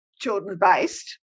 children-based